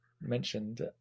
mentioned